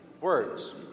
words